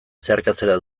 zeharkatzea